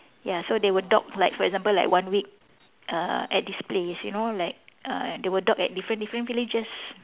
ya so they will dock like for example like one week uh at this place you know like uh they will dock at different different villages